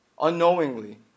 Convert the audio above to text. Unknowingly